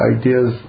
ideas